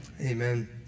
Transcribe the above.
Amen